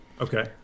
okay